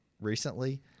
recently